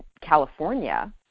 California